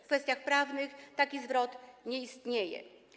W kwestiach prawnych taki zwrot nie istnieje.